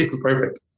perfect